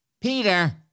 Peter